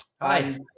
Hi